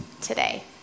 today